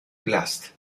blast